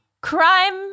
crime